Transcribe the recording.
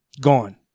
Gone